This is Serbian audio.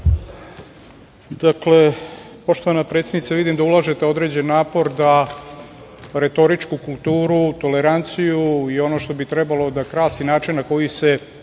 Dakle, poštovana predsednice, vidim da ulažete određeni napor da retoričku kulturu, toleranciju i ono što bi trebalo da krasi način na koji se